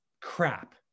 crap